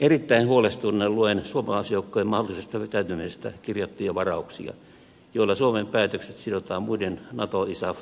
erittäin huolestuneena luen suomalaisjoukkojen mahdollisesta vetäytymisestä kirjattuja varauksia joilla suomen päätökset sidotaan muiden nato isaf kumppanien päätöksiin